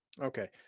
Okay